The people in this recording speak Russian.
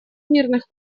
мирных